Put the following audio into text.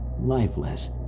lifeless